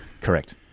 Correct